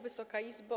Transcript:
Wysoka Izbo!